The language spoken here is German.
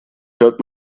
hört